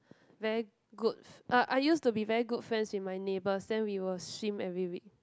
very good uh I used to be very good friends with my neighbours then we will swim every week